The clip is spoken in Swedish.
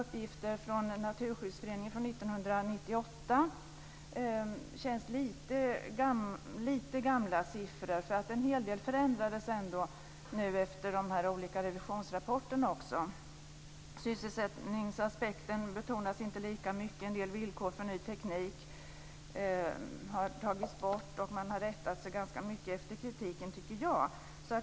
Uppgifter från Naturskyddsföreningen från 1998 känns som lite gamla siffror. En hel del förändrades ändå efter de olika revisionsrapporterna. Sysselsättningsaspekten betonas inte lika mycket. En del villkor för ny teknik har tagits bort, och man har rättat sig ganska mycket efter kritiken, tycker jag.